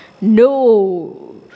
No